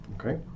okay